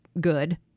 good